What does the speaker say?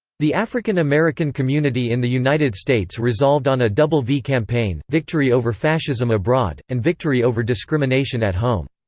the african american community in the united states resolved on a double v campaign victory over fascism abroad, and victory over discrimination at home.